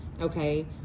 Okay